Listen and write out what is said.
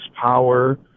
power